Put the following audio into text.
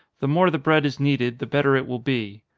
the more the bread is kneaded, the better it will be.